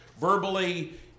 verbally